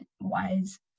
wise